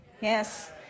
Yes